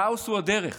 כאוס הוא הדרך